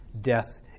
Death